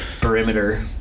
perimeter